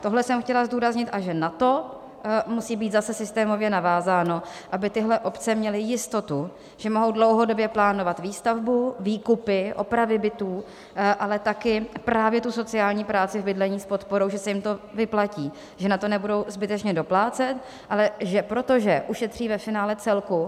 Tohle jsem chtěla zdůraznit, a že na to musí být zase systémově navázáno, aby tyhle obce měly jistotu, že mohou dlouhodobě plánovat výstavbu, výkupy, opravy bytů, ale taky právě tu sociální práci v bydlení s podporou že se jim to vyplatí, že na to nebudou zbytečně doplácet, ale že protože ušetří ve finále celku.